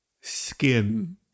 skin